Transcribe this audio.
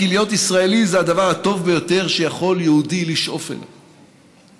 כי להיות ישראלי זה הדבר הטוב ביותר שיכול יהודי לשאוף אליו.